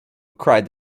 cried